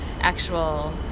actual